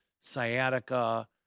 sciatica